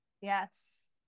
Yes